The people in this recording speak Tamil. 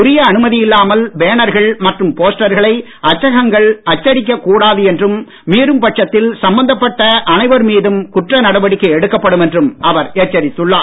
உரிய அனுமதி இல்லாமல் பேனர்கள் மற்றும் போஸ்டர்களை அச்சகங்கள் அச்சடிக்கக் கூடாது என்றும் மீறும் பட்சத்தில் சம்பந்தப்பட்ட அனைவர் மீதும் குற்ற நடவடிக்கை எடுக்கப்படும் என்றும் அவர் எச்சரித்துள்ளார்